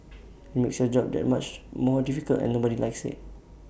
IT makes your job that much more difficult and nobody likes IT